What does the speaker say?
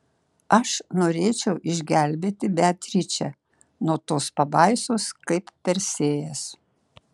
aš norėčiau išgelbėti beatričę nuo tos pabaisos kaip persėjas